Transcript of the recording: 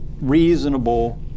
reasonable